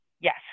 Yes